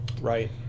right